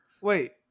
wait